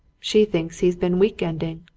she thinks he's been week-ending.